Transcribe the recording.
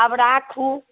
आब राखु